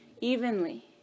evenly